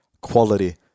quality